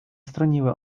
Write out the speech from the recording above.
stroniły